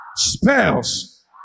Spells